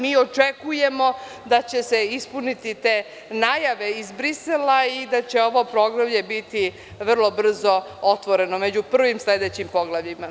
Mi očekujemo da će se ispuniti te najave iz Brisela i da će ovo poglavlje biti vrlo brzo otvoreno, među prvim sledećim poglavljima.